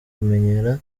kumenyera